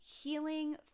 healing